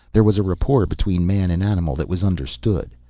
there was a rapport between man and animal that was understood.